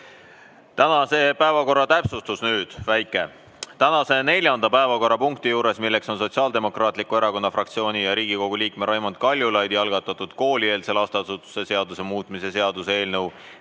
tänase päevakorra täpsustus. Tänase neljanda päevakorrapunkti juures, milleks on Sotsiaaldemokraatliku Erakonna fraktsiooni ja Riigikogu liikme Raimond Kaljulaidi algatatud koolieelse lasteasutuse seaduse muutmise seaduse eelnõu